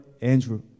Andrew